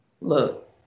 Look